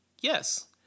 Yes